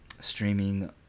streaming